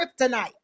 kryptonite